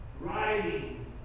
riding